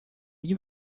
you